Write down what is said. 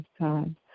time